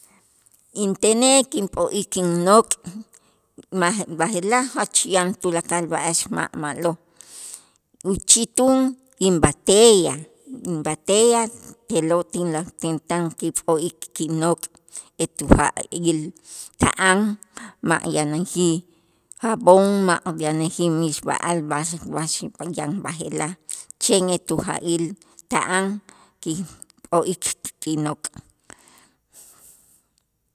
Intenej kinp'o'ik innok' maj b'aje'laj jach yan tulakal b'a'ax ma' ma'lo', uchitun inb'ateyaj inb'ateyaj je'lo' tin la tin tan kip'o'ik kinok' etu ja'il ta'an ma' yanäjij jabón ma' yanäjij mixb'a'al b'aj waxi yan b'aje'laj chen etu ja'il ta'an kip'o'ik kinok'.